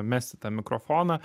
mesti tą mikrofoną